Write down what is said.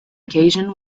occasion